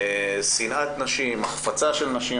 שנאת נשים, החפצה של נשים.